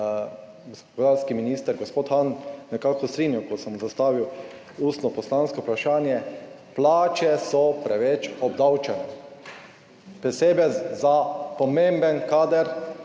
gospodarski minister gospod Han nekako strinjal, ko sem zastavil ustno poslansko vprašanje, plače so preveč obdavčene, posebej za pomemben kader,